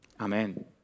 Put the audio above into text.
amen